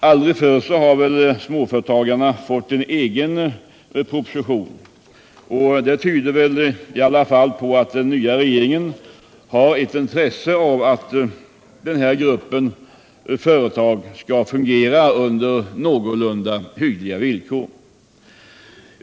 Aldrig tidigare har väl småföretagarna fått en egen proposition. Detta tyder i alla fall på att den nya regeringen har intresse av att den här gruppen företag kan fungera under någorlunda hyggliga villkor.